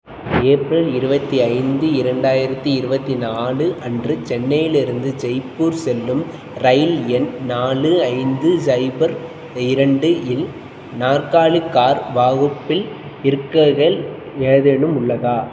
April இருபத்தி ஐந்து இரண்டாயிரத்தி இருபத்தி நாலு அன்று சென்னையிலிருந்து ஜெய்ப்பூர் செல்லும் இரயில் எண் நாலு ஐந்து சைபர் இரண்டு இல் நாற்காலி கார் வகுப்பில் இருக்கைகள் ஏதேனும் உள்ளதா